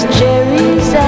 cherries